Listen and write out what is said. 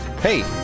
hey